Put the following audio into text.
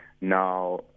Now